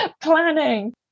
planning